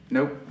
Nope